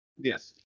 Yes